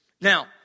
Now